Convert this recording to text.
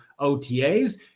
OTAs